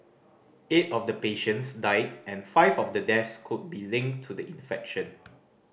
eight of the patients died and five of the deaths could be linked to the infection